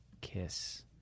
kiss